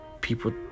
people